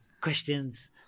questions